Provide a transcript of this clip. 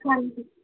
ਹਾਂਜੀ